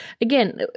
again